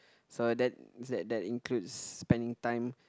so that that that includes spending time